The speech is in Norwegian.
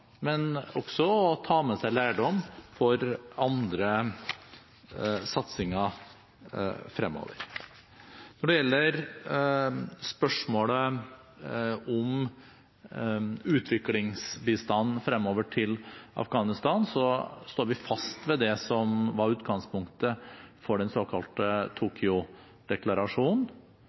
men også for å ta med seg lærdom for andre satsinger fremover. Når det gjelder spørsmålet om utviklingsbistand fremover til Afghanistan, står vi fast ved det som var utgangspunktet for den såkalte